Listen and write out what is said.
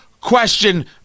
question